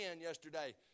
yesterday